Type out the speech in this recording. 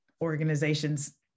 organizations